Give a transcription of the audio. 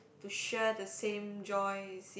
to share the same joy same